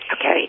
Okay